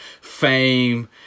fame